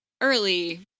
early